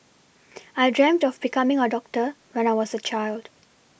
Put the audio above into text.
I dreamt of becoming a doctor when I was a child